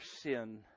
sin